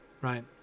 right